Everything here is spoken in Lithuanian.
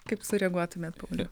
kaip sureaguotumėt pauliau